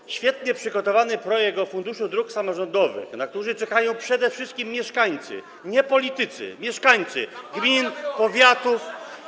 Mamy świetnie przygotowany projekt o Funduszu Dróg Samorządowych, na który czekają przede wszystkim mieszkańcy, nie politycy, mieszkańcy gmin, powiatów.